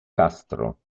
castro